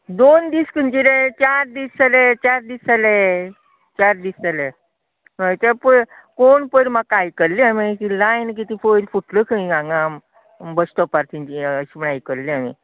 दोन दीस खंयचे रे चार दीस जाले चार दीस जाले चार दीस जाले हय ते पय कोण पय म्हाका आयकल्ले हांवेन लायन कितें फुटला खंय हांगां बस स्टाॅपाचेर हय अशें म्हण आयकल्लें हांवे